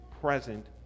present